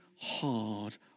hard